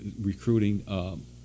recruiting